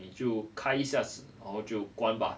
你就开一下子然后就关吧